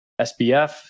SBF